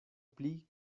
pli